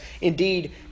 indeed